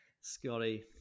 Scotty